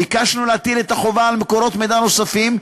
ביקשנו להטיל את החובה על מקורות מידע נוספים,